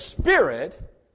spirit